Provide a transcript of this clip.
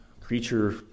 creature